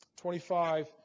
Twenty-five